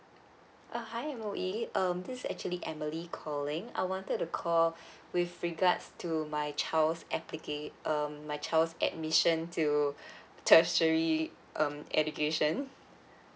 uh hi M_O_E um this is actually emily calling I wanted to call with regards to my child's applica~ um my child's admission to tertiary um education